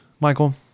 Michael